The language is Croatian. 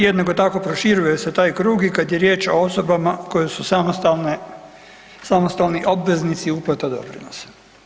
Jednako tako proširuje se taj krug i kad je riječ o osobama koje su samostalni obveznici uplata doprinosa.